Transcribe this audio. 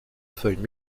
feuille